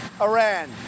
Iran